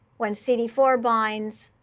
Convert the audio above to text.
when c d four binds